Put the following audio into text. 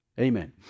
Amen